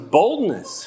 boldness